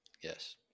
Yes